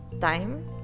Time